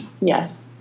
Yes